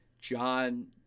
John